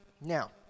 Now